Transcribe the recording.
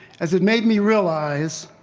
as it made me realize,